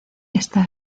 está